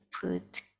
put